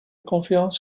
confiance